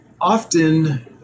often